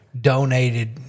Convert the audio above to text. donated